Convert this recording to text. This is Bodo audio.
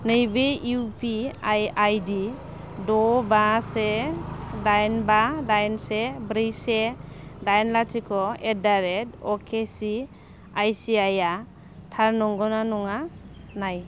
नैबे इउ पि आइ आइदि द' बा से दाइन बा दाइन से ब्रै से दाइन लाथिख' at the rate ok C I C I आ थार नंगौ ना नङा नाय